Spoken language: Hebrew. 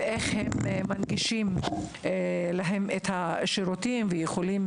ואיך הם מנגישים להם את השירותים ויכולים